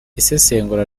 isesengura